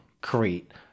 create